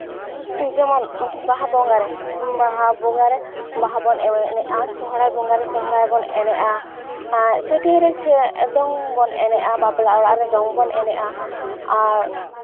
ᱡᱮᱢᱚᱱ ᱵᱟᱦᱟ ᱵᱚᱸᱜᱟᱨᱮ ᱵᱟᱦᱟ ᱵᱚᱸᱜᱟᱨᱮ ᱵᱟᱦᱟ ᱵᱚᱱ ᱮᱱᱮᱡᱼᱟ ᱥᱚᱦᱨᱟᱭ ᱵᱚᱸᱜᱟᱨᱮ ᱥᱚᱦᱨᱟᱭ ᱵᱚᱱ ᱮᱱᱮᱡᱼᱟ ᱪᱷᱟᱹᱴᱭᱟᱹᱨ ᱨᱮ ᱫᱚᱝ ᱵᱚᱱ ᱮᱱᱮᱡᱼᱟ ᱵᱟᱯᱞᱟ ᱚᱲᱟᱜ ᱨᱮ ᱫᱚᱝ ᱵᱚᱱ ᱮᱱᱮᱡᱼᱟ ᱟᱨ